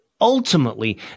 ultimately